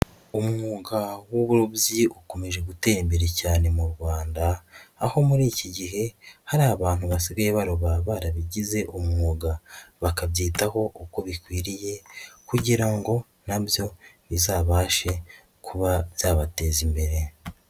Umwuga w'uburobyi ukomeje gutera imbere cyane mu Rwanda, aho muri iki gihe hari abantu basigaye baroba barabigize umwuga bakabyitaho uko bikwiriye kugira ngo nabyo bizabashe kuba byabateza imbere.